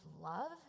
love